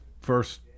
First